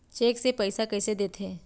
Cheque से पइसा कइसे देथे?